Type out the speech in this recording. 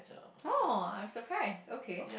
!oh! I'm surprised okay